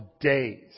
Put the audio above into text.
days